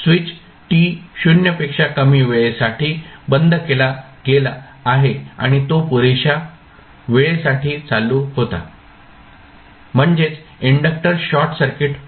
switch t 0 पेक्षा कमी वेळे साठी बंद केला गेला आहे आणि तो पुरेशा वेळेसाठी चालू होता म्हणजेच इंडक्टर शॉर्ट सर्किट होतो